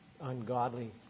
ungodly